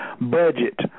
budget